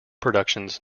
productions